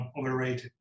overrated